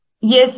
Yes